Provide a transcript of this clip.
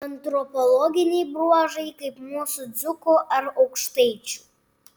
antropologiniai bruožai kaip mūsų dzūkų ar aukštaičių